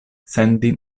sendi